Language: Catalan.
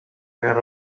guerra